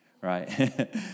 right